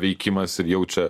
veikimas ir jau čia